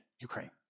Ukraine